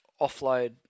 offload